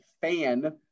fan